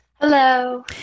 Hello